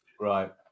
Right